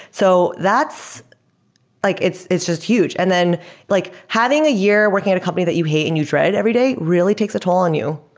so like it's it's just huge. and then like having a year working at a company that you hate and you dread every day really takes a toll on you.